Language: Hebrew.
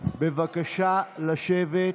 בבקשה לשבת.